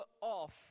off